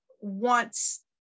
wants